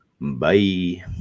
Bye